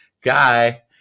guy